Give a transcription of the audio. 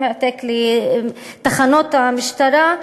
לתחנות המשטרה,